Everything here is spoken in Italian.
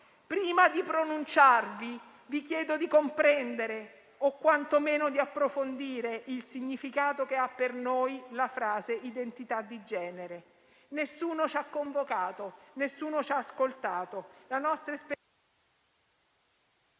Prima di pronunciarvi, vi chiedo di comprendere, o quantomeno di approfondire, il significato che ha per noi la frase "identità di genere". Nessuno ci ha convocato, nessuno ci ha ascoltato;